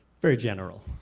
very general.